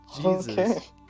Jesus